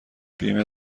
بیمه